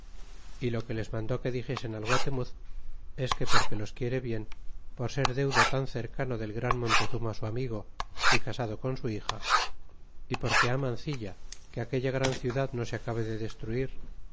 y lo que les mandó que dixesen al guatemuz es que porque los quiere bien por ser deudo tan cercano del gran montezuma su amigo y casado con su hija y porque ha mancilla que aquella gran ciudad no se acabe de destruir